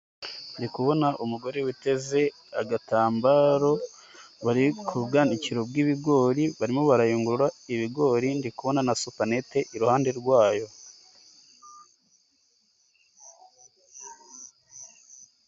Ndi kubona umugore witeze agatambaro, bari ku bwanikiro bw'ibigori, barimo barayungurura ibigori, ndikubona na supanete iruhande rwayo.